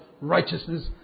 righteousness